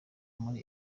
muri